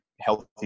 healthy